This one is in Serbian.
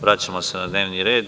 Vraćamo se na dnevni red.